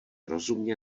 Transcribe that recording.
rozumně